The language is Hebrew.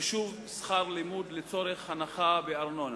חישוב שכר לימוד לצורך הנחה בארנונה).